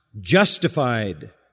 justified